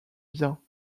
bien